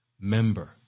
member